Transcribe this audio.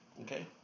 okay